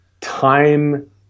time